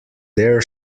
their